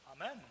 Amen